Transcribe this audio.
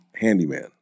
handyman